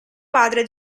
padre